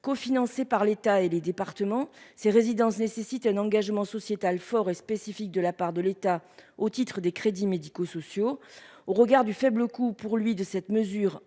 co-par l'État et les départements. Ces résidences nécessite un engagement sociétal fort et spécifique de la part de l'État au titre des crédits médico-sociaux au regard du faible coût pour lui de cette mesure